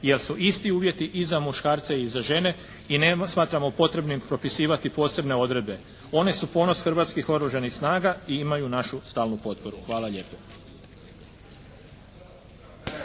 jer su isti uvjeti i za muškarce i za žene i ne smatramo potrebnim propisivati posebne odredbe. One su ponos Hrvatskih oružanih snaga i imaju našu stalnu potporu. Hvala lijepo.